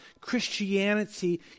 Christianity